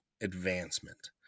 advancement